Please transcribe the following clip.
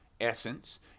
essence